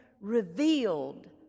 revealed